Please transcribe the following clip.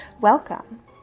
Welcome